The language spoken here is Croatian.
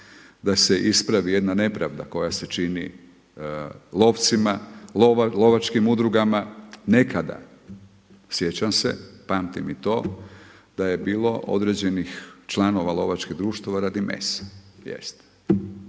da se ispravi jedna nepravda koja se čini lovcima, lovačkim udrugama. Nekada sjećam se pamtim i to, da je bilo određenih članova lovačkih društava radi mesa.